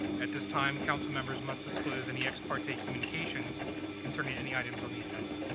at this time, council members must disclose any ex parte communications concerning any items on the agenda.